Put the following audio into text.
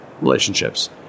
relationships